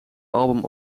album